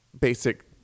basic